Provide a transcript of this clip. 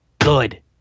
good